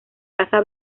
casa